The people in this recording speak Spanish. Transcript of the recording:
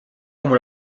como